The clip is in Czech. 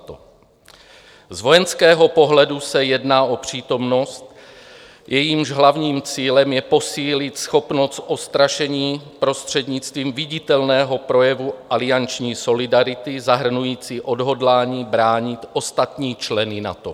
Z vojenského pohledu se jedná o přítomnost, jejímž hlavním cílem je posílit schopnost odstrašení prostřednictvím viditelného projevu alianční solidarity zahrnující odhodlání bránit ostatní členy NATO.